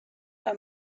are